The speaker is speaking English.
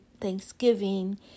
thanksgiving